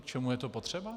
K čemu je to potřeba?